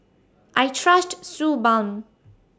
I Trust Suu Balm